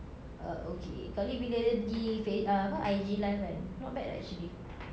uh okay sekali bila dia pergi fa~ uh apa I_G live kan not bad eh actually